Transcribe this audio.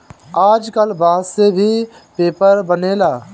आजकल बांस से भी पेपर बनेला